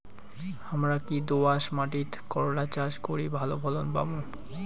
হামরা কি দোয়াস মাতিট করলা চাষ করি ভালো ফলন পামু?